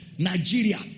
Nigeria